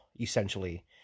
essentially